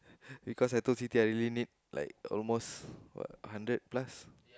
because I told Siti I really need like almost what hundred plus